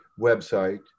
website